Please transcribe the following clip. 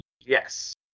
Yes